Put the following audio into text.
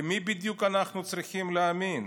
למי בדיוק אנחנו צריכים להאמין?